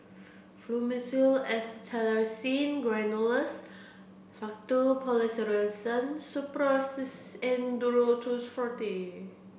Fluimucil Acetylcysteine Granules Faktu Policresulen Suppositories and Duro Tuss Forte